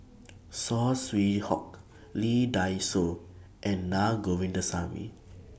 Saw Swee Hock Lee Dai Soh and Na Govindasamy